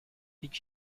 did